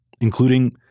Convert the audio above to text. including